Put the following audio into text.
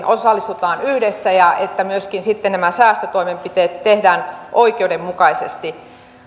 osallistutaan yhdessä ja että myöskin sitten nämä säästötoimenpiteet tehdään oikeudenmukaisesti